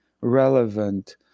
relevant